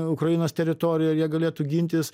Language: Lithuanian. ukrainos teritorijoj ir jie galėtų gintis